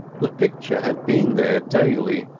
the picture had been there daily,